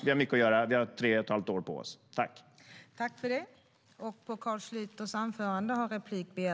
Vi har mycket att göra, och vi har tre och ett halvt år på oss.